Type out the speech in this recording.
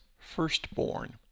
firstborn